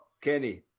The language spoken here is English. Kenny